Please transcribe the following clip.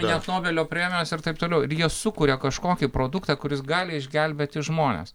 net nobelio premijas ir taip toliau ir jie sukuria kažkokį produktą kuris gali išgelbėti žmones